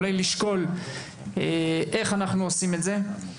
אולי נשקול איך אנחנו עושים את זה.